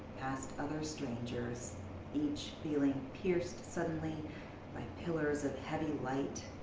past other strangers each feeling pierced suddenly by pillars of heavy light.